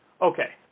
Okay